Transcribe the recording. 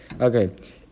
Okay